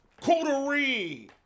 coterie